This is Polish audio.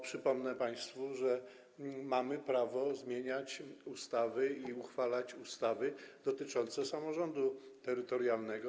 Przypomnę państwu, że mamy prawo zmieniać ustawy i uchwalać ustawy dotyczące samorządu terytorialnego.